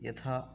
यथा